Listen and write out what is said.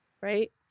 Right